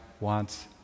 wants